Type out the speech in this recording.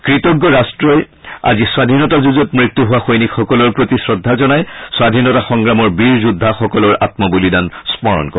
কৃতজ্ঞ ৰাষ্ট্ৰই আজি স্বাধীনতা যুঁজত মৃত্যু হোৱা সৈনিকসকলৰ প্ৰতি শ্ৰদ্ধা জনাই স্বাধীনতা সংগ্ৰামৰ বীৰ যোদ্ধাসকলৰ আম্ম বলিদান স্মৰণ কৰে